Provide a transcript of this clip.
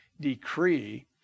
decree